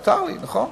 מותר לי, נכון?